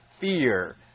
fear